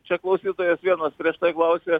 čia klausytojas vienas prieš tai klausė